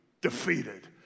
defeated